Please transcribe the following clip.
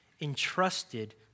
entrusted